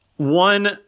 one